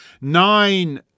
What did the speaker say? nine